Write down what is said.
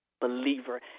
believer